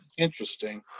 Interesting